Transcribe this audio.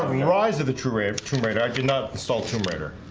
your eyes of the true ribs tomb raider. i did not assault to murder